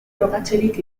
frogatzerik